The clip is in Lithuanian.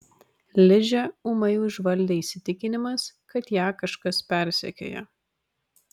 ližę ūmai užvaldė įsitikinimas kad ją kažkas persekioja